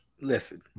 Listen